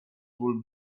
bół